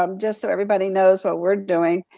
um just so everybody knows what we're doing,